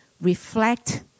reflect